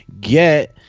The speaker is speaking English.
get